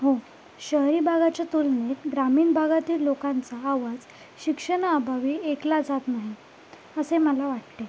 हो शहरी भागाच्या तुलनेत ग्रामीण भागातील लोकांचा आवाज शिक्षणाअभावी ऐकला जात नाही असे मला वाटते